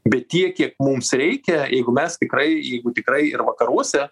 bet tiek kiek mums reikia jeigu mes tikrai jeigu tikrai ir vakaruose